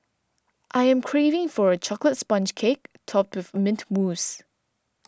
I am craving for a chocolates sponge cake topped with Mint Mousse